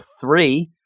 three